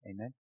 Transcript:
Amen